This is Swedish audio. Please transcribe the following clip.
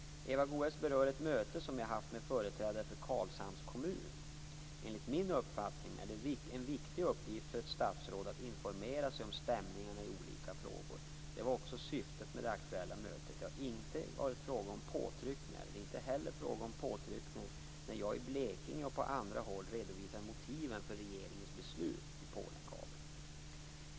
Eva Goës berör ett möte som jag haft med företrädare för Karlshamns kommun. Enligt min uppfattning är det en viktig uppgift för ett statsråd att informera sig om stämningarna i olika frågor. Det var också syftet med det aktuella mötet. Det har inte varit fråga om påtryckningar. Det är inte heller fråga om påtryckningar när jag i Blekinge och på andra håll redovisar motiven för regeringens beslut om Polenkabeln.